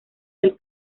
del